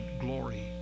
glory